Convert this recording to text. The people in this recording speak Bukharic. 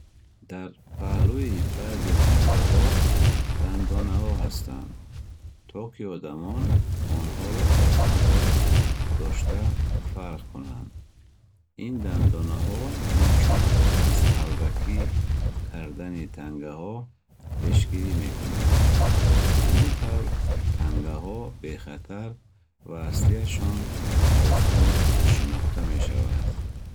Дар паҳлӯи баъзе тангаҳо дандонаҳо ҳастанд, то ки одамон онҳоро осонтар дошта, фарқ кунанд. Ин дандонаҳо инчунин аз қалбакӣ кардани тангаҳо пешгирӣ мекунанд. Ҳамин тавр, тангаҳо бехатар ва аслиашон осон шинохта мешаванд.